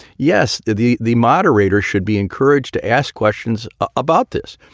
yes. the the moderator should be encouraged to ask questions about this.